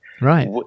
Right